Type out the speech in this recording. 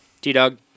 T-Dog